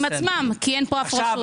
עם עצמם כי אין פה אף רשות.